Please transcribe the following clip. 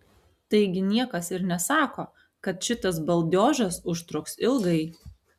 taigi niekas ir nesako kad šitas baldiožas užtruks ilgai